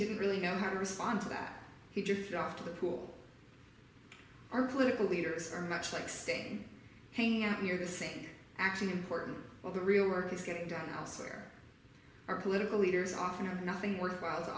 didn't really know how to respond to that he drifted off to the pool our political leaders are much like staying hanging out here to say actually important well the real work is getting done elsewhere our political leaders often are nothing worthwhile to